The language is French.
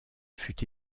fut